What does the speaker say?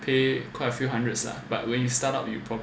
pay quite a few hundreds lah but when you start up you